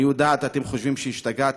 אני יודעת, אתם חושבים שהשתגעתי,